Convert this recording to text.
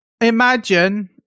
Imagine